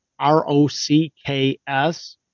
R-O-C-K-S